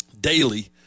daily